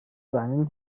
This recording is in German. seinen